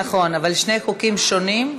נכון, אבל שני חוקים שונים.